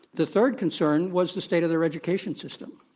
the third concern was the state of their education system.